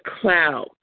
cloud